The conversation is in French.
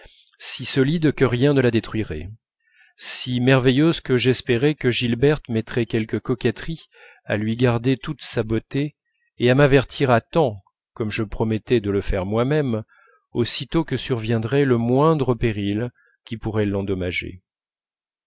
si solide que rien ne la détruirait si merveilleuse que j'espérais que gilberte mettrait quelque coquetterie à lui garder toute sa beauté et à m'avertir à temps comme je promettais de le faire moi-même aussitôt que surviendrait le moindre péril qui pourrait l'endommager